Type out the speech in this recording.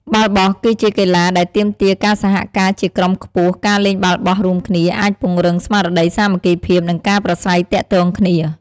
បាល់បោះគឺជាកីឡាដែលទាមទារការសហការជាក្រុមខ្ពស់ ការលេងបាល់បោះរួមគ្នាអាចពង្រឹងស្មារតីសាមគ្គីភាព និងការប្រាស្រ័យទាក់ទងគ្នា។